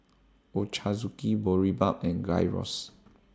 Ochazuke Boribap and Gyros